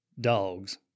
dogs